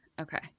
Okay